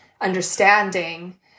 understanding